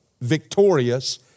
victorious